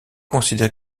considéré